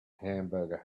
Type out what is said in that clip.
hamburger